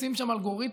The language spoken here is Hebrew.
מריצים שם אלגוריתמים.